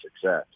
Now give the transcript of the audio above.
success